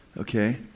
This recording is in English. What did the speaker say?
Okay